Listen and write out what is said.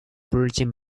virgin